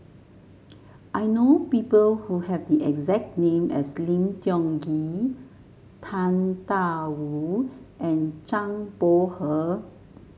I know people who have the exact name as Lim Tiong Ghee Tang Da Wu and Zhang Bohe